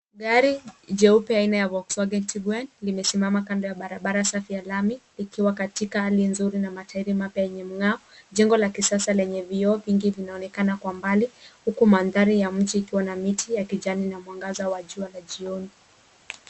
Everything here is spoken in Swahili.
Gari jeupe aina ya Volkswagen Tiguan limesimama kando ya barabara safi ya lami likiwa katika hali nzuri na matairi mpaya yenye mng'ao. Jengo la kisasa lenye vioo vingi vinaonekana kwa mbali, huku mandhari ya mji ikiwa na miti ya kijani na mwangaza wa jua la jioni.